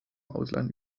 ausland